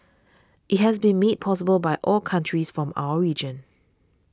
it has been made possible by all countries from our region